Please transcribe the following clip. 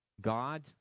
God